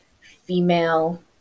female